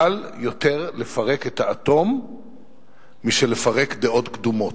קל יותר לפרק את האטום מאשר לפרק דעות קדומות.